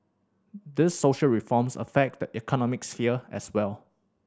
these social reforms affect the economic sphere as well